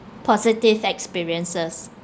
positive experiences